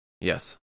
Yes